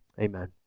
amen